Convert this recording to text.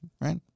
Right